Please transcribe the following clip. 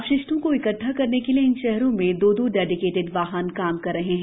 अपशिष्टों को इकट्ठा करने के लिये इन शहरों में दो दो डेडिकेटड वाहन काम कर रहे हैं